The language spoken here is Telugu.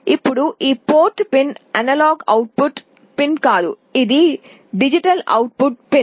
ఇప్పుడు ఈ port pin analogue output pin కాదు ఇది డిజిటల్ అవుట్పుట్ పిన్